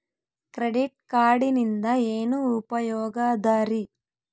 Credit ಕಾರ್ಡಿನಿಂದ ಏನು ಉಪಯೋಗದರಿ?